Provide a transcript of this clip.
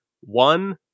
one